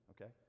okay